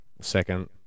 Second